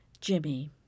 Jimmy